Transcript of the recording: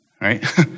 right